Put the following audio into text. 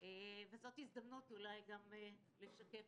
וזו הזדמנות גם לשתף